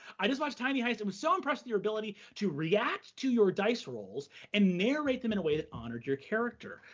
i just watched tiny heist i was so impressed at your ability to react to your dice rolls and narrate them in a way that honored your character.